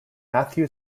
matthew